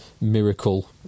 miracle